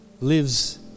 lives